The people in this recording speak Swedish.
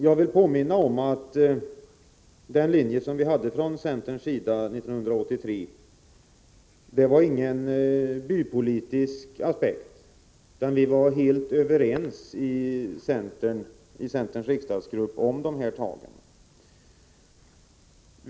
Jag vill påminna om att den linje som vi hade från centerns sida 1983 inte grundade sig på någon bypolitisk aspekt, utan vi var helt överens i centerns riksdagsgrupp.